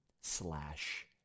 slash